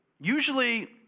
usually